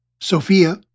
Sophia